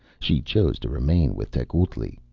she chose to remain with tecuhltli.